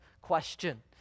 question